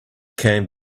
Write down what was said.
came